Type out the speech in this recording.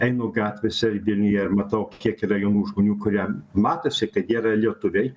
einu gatvėse vilniuje ir matau kiek yra jaunų žmonių kurie matosi kad jie yra lietuviai